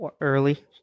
early